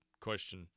question